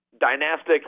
dynastic